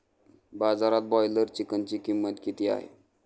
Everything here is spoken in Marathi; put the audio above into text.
बाजारात ब्रॉयलर चिकनची किंमत किती आहे?